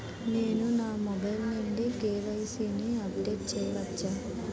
నేను నా మొబైల్ నుండి కే.వై.సీ ని అప్డేట్ చేయవచ్చా?